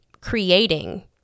creating